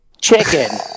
chicken